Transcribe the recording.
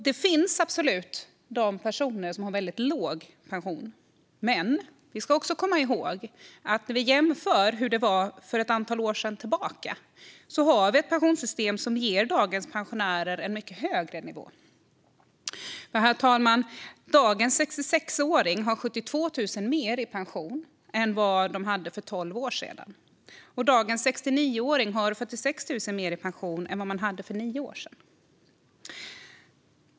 Det finns absolut personer som har väldigt låg pension, men vi ska också komma ihåg att om vi jämför hur det var för ett antal år sedan tillbaka kan vi se att vi nu har ett pensionssystem som ger dagens pensionärer en mycket högre nivå. 66-åringarna i dag har 72 000 mer i pension än de hade för tolv år sedan, och dagens 69-åringar har 46 000 mer i pension än de hade för nio år sedan.